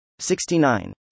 69